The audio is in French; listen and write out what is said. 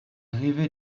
rêvait